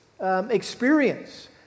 experience